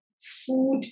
food